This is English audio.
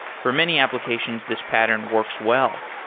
for many applications, this pattern works wel